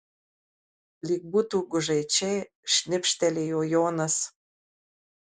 lyg būtų gužaičiai šnibžtelėjo jonas